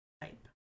type